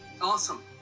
Awesome